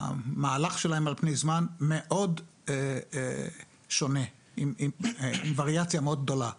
המהלך שלהם על פני זמן שונה מאוד ועם וריאציה גדולה מאוד.